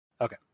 okay